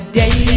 day